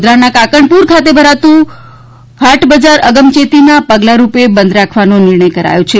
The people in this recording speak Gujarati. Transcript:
ગોધરાના કાકણપુર ખાતે ભરાતુ હાર્ટબજાર અગમખેતીના પગલારૂપે બંધ રાખવાનો નિર્ણય કરાયો છે